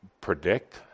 predict